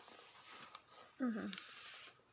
mmhmm